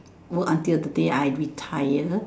work until the day I retire